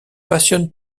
passionne